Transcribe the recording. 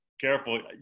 careful